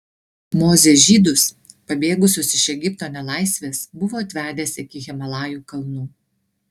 mozė žydus pabėgusius iš egipto nelaisvės buvo atvedęs iki himalajų kalnų